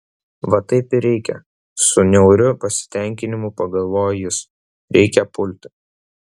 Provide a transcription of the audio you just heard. va taip ir reikia su niauriu pasitenkinimu pagalvojo jis reikia pulti